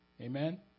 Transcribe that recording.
Amen